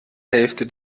hälfte